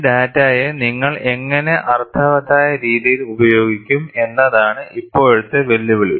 ഈ ഡാറ്റയെ നിങ്ങൾ എങ്ങനെ അർത്ഥവത്തായ രീതിയിൽ ഉപയോഗിക്കും എന്നതാണ് ഇപ്പോഴത്തെ വെല്ലുവിളി